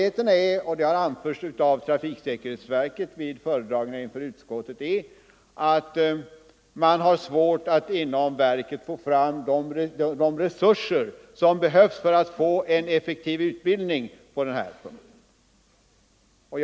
Problemet är, som har anförts från trafiksäkerhetsverket vid föredragningar inför utskottet, att man har svårt att inom verket få fram de resurser som behövs för att ordna en effektiv utbildning i det här avseendet.